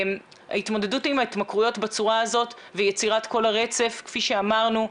ההתמודדות עם ההתמכרויות בצורה הזאת ויצירת כל הרצף כפי שאמרנו,